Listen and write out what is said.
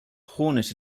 hornet